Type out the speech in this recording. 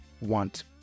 want